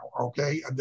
okay